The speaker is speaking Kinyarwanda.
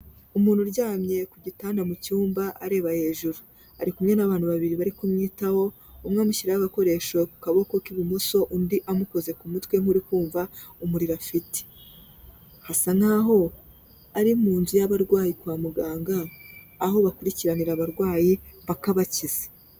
Umuntu uryamye ku gitanda mu cyumba areba hejuru, ari kumwe n'abantu babiri bari kumwitaho, umwe amushyiraho agakoresho ku kaboko k'ibumoso, undi amukoze ku mutwe nk'uri kumva umuriro afite, asa nkaho ari mu nzu y'abarwayi kwa muganga, aho bakurikiranira abarwayi paka bakize.